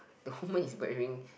the woman is wearing